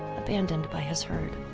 abandoned by his herd.